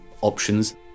options